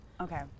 Okay